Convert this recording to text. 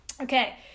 Okay